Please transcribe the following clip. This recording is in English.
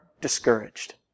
discouraged